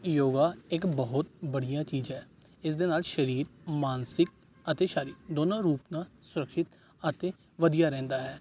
ਯੋਗਾ ਇਕ ਬਹੁਤ ਬੜੀਆ ਚੀਜ਼ ਹੈ ਇਸ ਦੇ ਨਾਲ ਸਰੀਰ ਮਾਨਸਿਕ ਅਤੇ ਸਰੀਰ ਦੋਨੋਂ ਰੂਪ ਤੋਂ ਸੁਰੱਖਿਅਤ ਅਤੇ ਵਧੀਆ ਰਹਿੰਦਾ ਹੈ